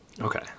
Okay